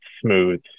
smooth